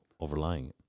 overlying